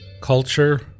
Culture